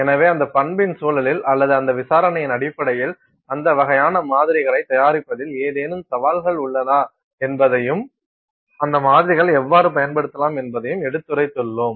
எனவே அந்த பண்பின் சூழலில் அல்லது அந்த விசாரணையின் அடிப்படையில் அந்த வகையான மாதிரிகளை தயாரிப்பதில் ஏதேனும் சவால்களை உள்ளதா என்பதையும் அந்த மாதிரிகளை எவ்வாறு பயன்படுத்தப்படலாம் என்பதையும் எடுத்துரைத்துள்ளோம்